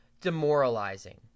demoralizing